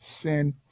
sin